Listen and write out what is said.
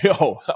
yo